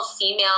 female